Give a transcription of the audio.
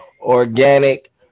organic